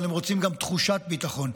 אבל הם רוצים גם תחושת ביטחון,